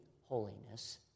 holiness